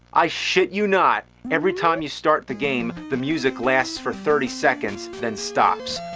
i shit you not! every time you start the game the music lasts for thirty secondso then stops.